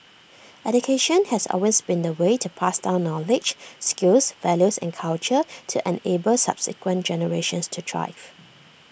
education has always been the way to pass down knowledge skills values and culture to enable subsequent generations to thrive